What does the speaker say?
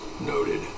Noted